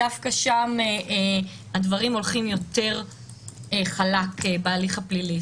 דווקא שם הדברים הולכים יותר חלק בהליך הפלילי.